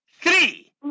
three